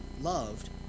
loved